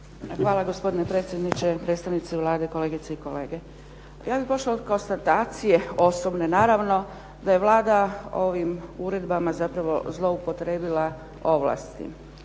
Hvala, gospodine predsjedniče. Predstavnici Vlade, kolegice i kolege. Ja bih pošla od konstatacije, osobne naravno, da je Vlada ovim uredbama zapravo zloupotrijebila ovlasti.